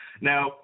Now